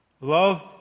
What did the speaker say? Love